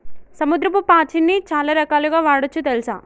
సముద్రపు పాచిని చాలా రకాలుగ వాడొచ్చు తెల్సా